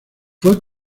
fue